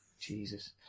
Jesus